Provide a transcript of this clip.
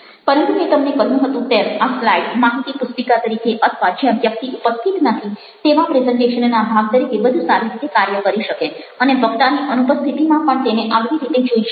પરંતુ મેં તમને કહ્યું હતું તેમ આ સ્લાઈડ માહિતી પુસ્તિકા તરીકે અથવા જ્યાં વ્યક્તિ ઉપસ્થિત નથી તેવા પ્રેઝન્ટેશનના ભાગ તરીકે વધુ સારી રીતે કાર્ય કરી શકે અને વક્તાની અનુપસ્થિતિમાં પણ તેને આગવી રીતે જોઈ શકાય છે